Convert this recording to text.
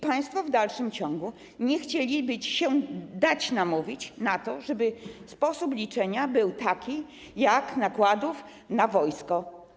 Państwo w dalszym ciągu nie chcieli dać się namówić na to, żeby sposób liczenia był taki, jak w przypadku nakładów na wojsko.